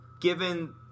given